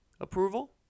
approval